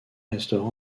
restera